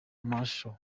masho